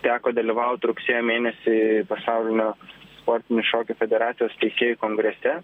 teko dalyvaut rugsėjo mėnesį pasaulinio sportinių šokių federacijos teisėjų kongrese